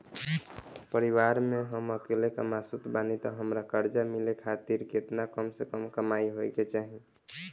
परिवार में हम अकेले कमासुत बानी त हमरा कर्जा मिले खातिर केतना कम से कम कमाई होए के चाही?